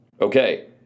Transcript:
Okay